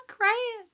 right